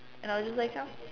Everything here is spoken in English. and I was just like